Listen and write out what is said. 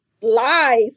lies